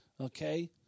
okay